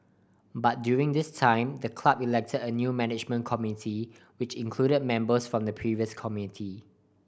but during this time the club elected a new management committee which included members from the previous committee